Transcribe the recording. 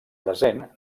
present